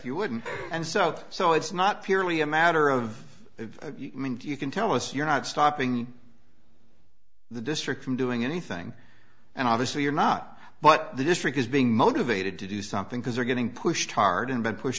you wouldn't and so so it's not purely a matter of you can tell us you're not stopping the district from doing anything and obviously you're not but the district is being motivated to do something because they're getting pushed hard and been pushed